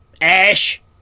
Ash